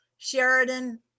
Sheridan